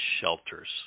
shelters